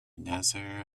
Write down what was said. nasser